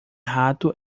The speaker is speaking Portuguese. rato